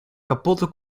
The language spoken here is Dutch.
kapotte